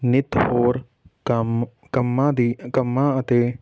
ਨਿੱਤ ਹੋਰ ਕੰਮ ਕੰਮਾਂ ਦੀ ਕੰਮਾਂ ਅਤੇ